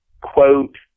quote